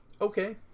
Okay